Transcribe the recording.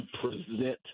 present